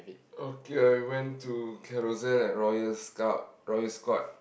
okay I went to Carousel at Royal scout Royal Scott